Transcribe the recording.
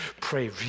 Pray